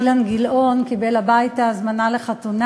אילן גילאון קיבל הביתה הזמנה לחתונה